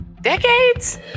Decades